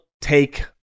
Take